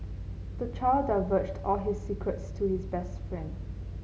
the child divulged all his secrets to his best friend